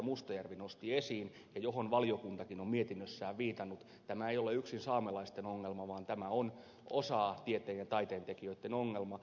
mustajärvi nosti esiin ja johon valiokuntakin on mietinnössään viitannut ei ole yksin saamelaisten ongelma vaan osan tieteen ja taiteen tekijöistä ongelma